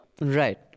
Right